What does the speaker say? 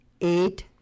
eight